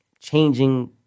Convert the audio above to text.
changing